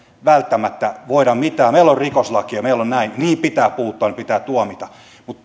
välttämättä voi mitään meillä on rikoslaki ja meillä pitää puuttua niihin ne pitää tuomita mutta